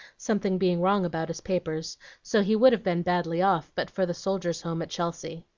something being wrong about his papers so he would have been badly off, but for the soldiers' home at chelsea.